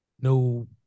no